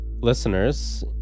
Listeners